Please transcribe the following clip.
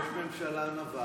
ראש ממשלה נבל,